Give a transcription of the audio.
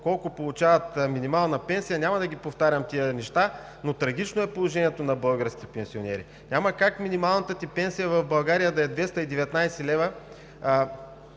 колко получават минимална пенсия, няма да повтарям тези неща, но положението на българските пенсионери е трагично. Няма как минималната ти пенсия в България да е 219 лв.,